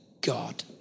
God